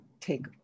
take